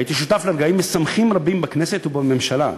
הייתי שותף לרגעים משמחים רבים בכנסת ובממשלה,